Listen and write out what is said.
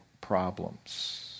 problems